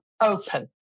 open